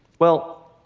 well,